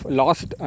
lost